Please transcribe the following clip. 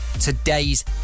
today's